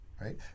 right